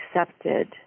accepted